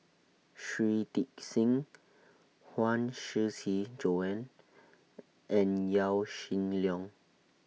Shui Tit Sing Huang Shiqi Joan and Yaw Shin Leong